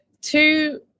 two